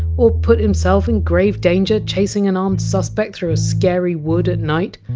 or put himself in grave danger chasing an armed suspect through a scary wood at night.